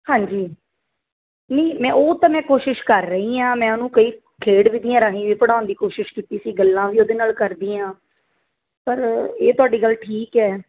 ਹਾਂਜੀ ਨਹੀਂ ਮੈਂ ਉਹ ਤਾਂ ਮੈਂ ਕੋਸ਼ਿਸ਼ ਕਰ ਰਹੀ ਹਾਂ ਮੈਂ ਉਹਨੂੰ ਕਈ ਖੇਡ ਵਿਧੀਆ ਰਾਹੀਂ ਵੀ ਪੜ੍ਹਾਉਣ ਦੀ ਕੋਸ਼ਿਸ਼ ਕੀਤੀ ਸੀ ਗੱਲਾਂ ਵੀ ਉਹਦੇ ਨਾਲ ਕਰਦੀ ਹਾਂ ਪਰ ਇਹ ਤੁਹਾਡੀ ਗੱਲ ਠੀਕ ਹੈ